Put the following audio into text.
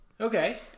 Okay